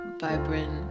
vibrant